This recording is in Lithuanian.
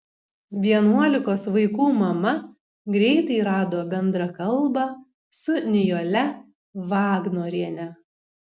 vienuolikos vaikų mama greitai rado bendrą kalbą su nijole vagnoriene